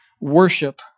worship